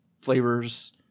flavors